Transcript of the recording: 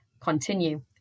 continue